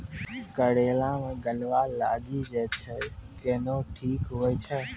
करेला मे गलवा लागी जे छ कैनो ठीक हुई छै?